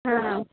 হ্যাঁ